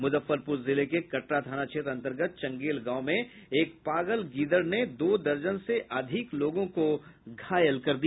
मुजफ्फरपुर जिले के कटरा थाना क्षेत्र अन्तर्गत चंगेल गांव में एक पागल गीदड़ ने दो दर्जन से अधिक लोगों को घायल कर दिया